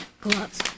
gloves